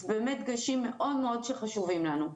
באמת דגשים שמאוד מאוד חשובים לנו.